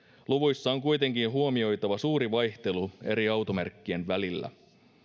luvuissa on kuitenkin huomioitava suuri vaihtelu eri automerkkien välillä